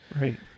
Right